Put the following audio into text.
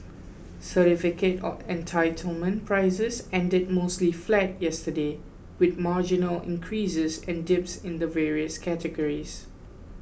certificate of Entitlement prices ended mostly flat yesterday with marginal increases and dips in the various categories